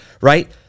Right